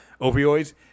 opioids